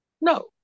No